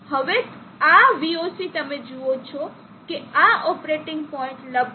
હવે આ VOC તમે જુઓ છો કે આ ઓપરેટિંગ પોઇન્ટ લગભગ 14